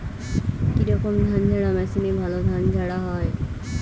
কি রকম ধানঝাড়া মেশিনে ভালো ধান ঝাড়া হয়?